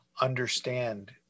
understand